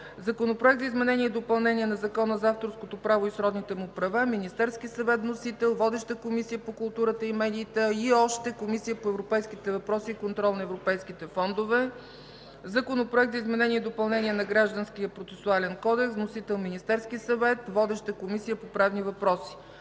Законопроект за изменение и допълнение на Закона за авторското право и сродните му права. Вносител е Министерският съвет. Водеща е Комисията по културата и медиите, и още: Комисията по европейските въпроси и контрол на европейските фондове. Законопроект за изменение и допълнение на Гражданския процесуален кодекс. Вносител е Министерският съвет. Водеща е Комисията по правни въпроси.